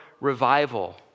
revival